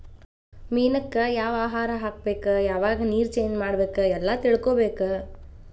ಮೇನಕ್ಕ ಯಾವ ಆಹಾರಾ ಹಾಕ್ಬೇಕ ಯಾವಾಗ ನೇರ ಚೇಂಜ್ ಮಾಡಬೇಕ ಎಲ್ಲಾ ತಿಳಕೊಬೇಕ